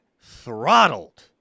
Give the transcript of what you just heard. throttled